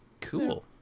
Cool